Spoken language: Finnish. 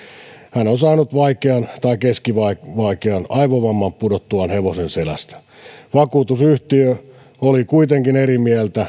hän on saanut vaikean tai keskivaikean aivovamman pudottuaan hevosen selästä vakuutusyhtiö oli kuitenkin eri mieltä